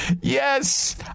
Yes